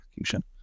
execution